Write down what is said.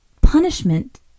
punishment